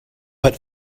but